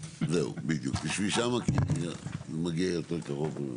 זהו, בדיוק תשבי שם כי זה מגיע יותר קרוב.